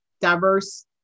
diverse